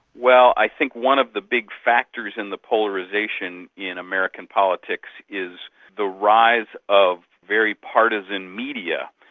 well, i think one of the big factors in the polarisation in american politics is the rise of very partisan media,